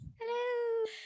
Hello